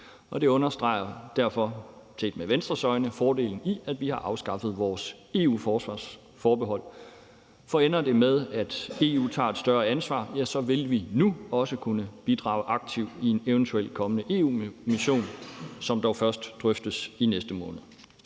Det understreger derfor – set med Venstres øjne –fordelen i, at vi har afskaffet vores EU-forsvarsforbehold. For ender det med, at EU tager et større ansvar, vil vi nu også kunne bidrage aktivt i en eventuel kommende EU-mission, som dog først drøftes i næste måned.